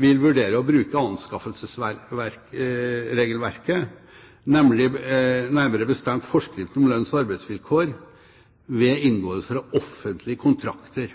vil vurdere å bruke anskaffelsesregelverket, nærmere bestemt forskriften om lønns- og arbeidsvilkår, ved inngåelser av offentlige kontrakter